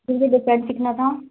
पहले डिसाइड कितना था